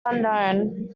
unknown